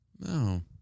No